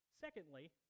Secondly